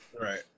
right